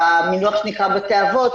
במינוח שנקרא בתי אבות,